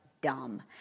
dumb